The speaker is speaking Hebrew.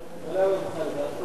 ואחריו,